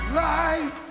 life